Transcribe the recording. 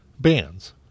bands